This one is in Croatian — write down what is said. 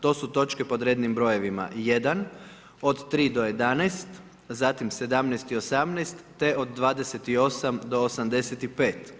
To su točke pod rednim brojevima 1 od 3-11 zatim 17 i 18 te od 28-85.